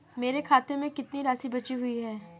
मेरे खाते में कितनी राशि बची हुई है?